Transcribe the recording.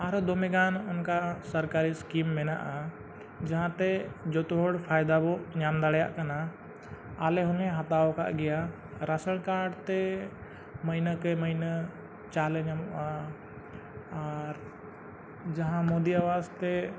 ᱟᱨᱦᱚᱸ ᱫᱚᱢᱮᱜᱟᱱ ᱚᱱᱠᱟᱱ ᱥᱚᱨᱠᱟᱨᱤ ᱥᱠᱤᱢ ᱢᱮᱱᱟᱜᱼᱟ ᱡᱟᱦᱟᱸᱛᱮ ᱡᱚᱛᱚ ᱦᱚᱲ ᱯᱷᱟᱭᱫᱟ ᱵᱚᱱ ᱧᱟᱢ ᱫᱟᱲᱮᱭᱟᱜ ᱠᱟᱱᱟ ᱟᱞᱮ ᱦᱚᱸᱞᱮ ᱦᱟᱛᱟᱣ ᱠᱟᱜ ᱜᱮᱭᱟ ᱨᱟᱥᱚᱱ ᱠᱟᱨᱰ ᱛᱮ ᱢᱟᱹᱦᱱᱟᱹ ᱠᱮ ᱢᱟᱹᱦᱱᱟᱹ ᱪᱟᱣᱞᱮ ᱧᱟᱢᱚᱜᱼᱟ ᱟᱨ ᱡᱟᱦᱟᱸ ᱢᱳᱫᱤ ᱟᱵᱟᱥ ᱛᱮ